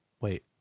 Wait